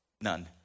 None